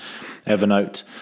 Evernote